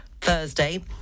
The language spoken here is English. Thursday